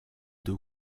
deux